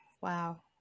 Wow